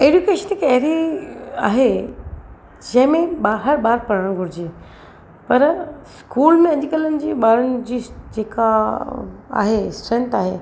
education हिक अहिड़ी आहे जंहिं में ॿाहिरि ॿारु पढ़णु घुरिजे पर स्कूल में अॼुकल्हनि जी ॿारनि जी जेका आहे संट आहे